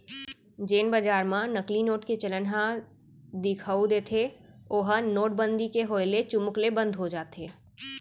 जेन बजार म नकली नोट के चलन ह दिखउल देथे ओहा नोटबंदी के होय ले चुमुक ले बंद हो जाथे